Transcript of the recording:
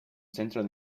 centro